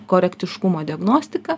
korektiškumo diagnostiką